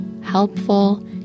helpful